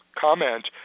comment